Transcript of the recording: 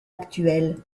actuelle